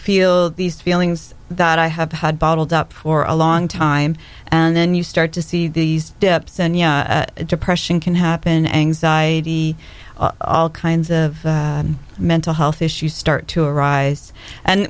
feel these feelings that i have had bottled up for a long time and then you start to see these dips and you know depression can happen anxiety all kinds of mental health issues start to arise and